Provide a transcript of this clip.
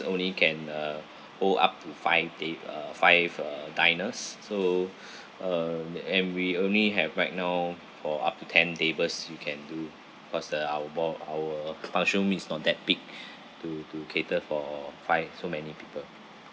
only can uh go up to five ta~ uh five uh diners so um and we only have right now for up to ten tables we can do cause the our ball~ our function room it's not that big to to cater for five so many people